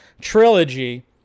trilogy